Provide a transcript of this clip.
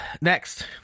next